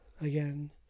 again